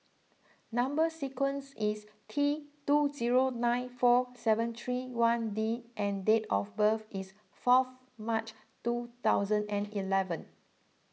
Number Sequence is T two zero nine four seven three one D and date of birth is fourth March two thousand and eleven